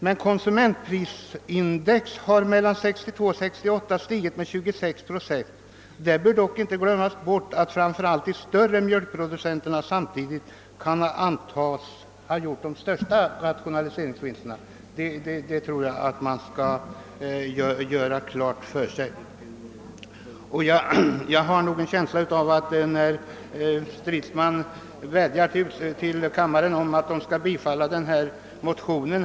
Men konsumentprisindex har mellan åren 1962 och 1968 stigit med 26 procent, och det bör inte glömmas bort att framför allt de större mjölkproducenterna samtidigt kan anses ha gjort de största rationaliseringsvinsterna. Herr Stridsman vädjade till kammaren att den skulle bifalla reservationen.